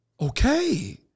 Okay